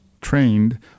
trained